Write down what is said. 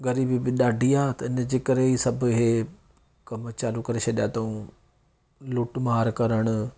ग़रीबी बि ॾाढी आहे त इन जे करे ही सभु हे कम चालू करे छॾिया अथऊं लूट मार करणु